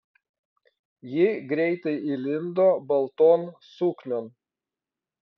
ji greitai įlindo balton suknion